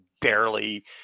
barely